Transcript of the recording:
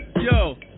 Yo